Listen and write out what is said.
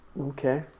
Okay